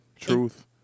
truth